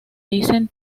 dicen